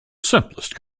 simplest